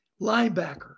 Linebacker